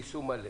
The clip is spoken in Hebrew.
ליישום מלא.